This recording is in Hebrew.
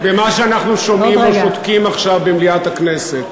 במה שאנחנו שומעים או שותקים עכשיו במליאת הכנסת.